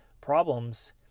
problems